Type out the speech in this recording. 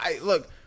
Look